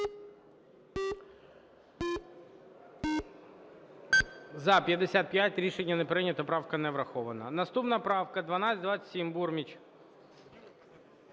За-55 Рішення не прийнято. Правка не врахована. Наступна правка Бурміч.